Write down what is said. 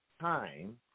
time